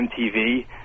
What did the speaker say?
MTV